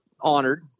honored